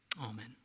Amen